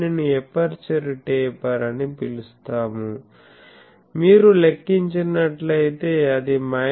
దీనిని aperture taper అని పిలుస్తాము మీరు లెక్కించినట్లయితే అది మైనస్ 10